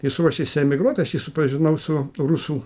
jis ruošėsi emigruot aš jį supažinau su rusų